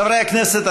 חברי הכנסת,